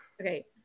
Okay